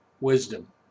Wisdom